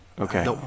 Okay